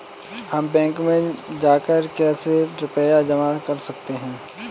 हम बैंक में जाकर कैसे रुपया जमा कर सकते हैं?